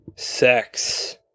Sex